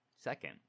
Second